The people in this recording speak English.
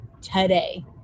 today